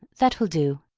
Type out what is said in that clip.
that will do.